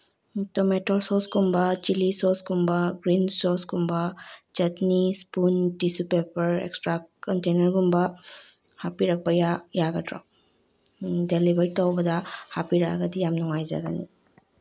tomato ꯁꯣꯁꯀꯨꯝꯕ chilli ꯁꯣꯁꯀꯨꯝꯕ green ꯁꯣꯁꯀꯨꯝꯕ chutney spoon tissue paper extra ꯀꯟꯇꯦꯅ꯭ꯔꯒꯨꯝꯕ ꯍꯥꯞꯄꯤꯔꯛꯄ ꯌꯥꯒꯗ꯭ꯔꯣ ꯗꯦꯂꯤꯕꯔꯤ ꯇꯧꯕꯗ ꯍꯥꯞꯄꯤꯔꯛꯑꯒꯗꯤ ꯌꯥꯝ ꯅꯨꯉꯥꯏꯖꯒꯅꯤ